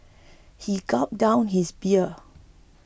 he gulped down his beer